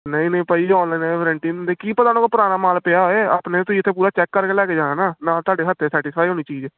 ਨਹੀਂ ਨਹੀਂ ਭਾਅ ਜੀ ਔਨਲਾਈਨ ਵਰੰਟੀ ਨਹੀਂ ਦਿੰਦੇ ਕੀ ਪਤਾ ਉਹਨਾ ਕੋਲ ਪੁਰਾਣਾ ਮਾਲ ਪਿਆ ਹੋਵੇ ਆਪਣੇ ਤੁਸੀਂ ਇੱਥੇ ਪੂਰਾ ਚੈੱਕ ਕਰਕੇ ਲੈ ਕੇ ਜਾਣਾ ਨਾ ਨਾਲੇ ਤੁਹਾਡੇ ਹੱਥ 'ਚ ਸੈਟਿਸਫਾਈਡ ਹੋਣੀ ਚੀਜ਼